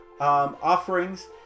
offerings